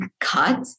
cut